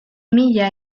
mila